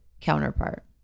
counterpart